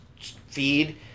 feed